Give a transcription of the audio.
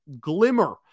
glimmer